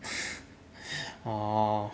oo